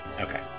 Okay